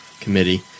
committee